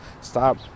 Stop